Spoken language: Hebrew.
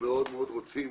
מאוד רוצים